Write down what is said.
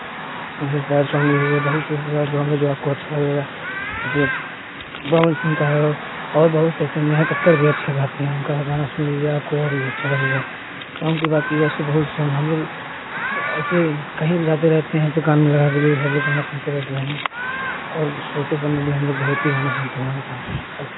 जैसे sad song हुए बहुत ऐसे सैड सॉन्ग हैं जो आपको अच्छा लगेगा जैसे पवन सिंह का है और बहुत से नेहा कक्कर भी अच्छा गाती हैं उनका गाना सुन लीजिए आपको और भी अच्छा लगेगा तो उनकी बात की जैसे बहुत सॉन्ग हम लोग ऐसे कहीं भी जाते रहते हैं तो कान में लगा कर सब लोग गाना सुनते रहते हैं और सोते समय भी हम लोग बहुत ही गाना सुनते हैं ऐसा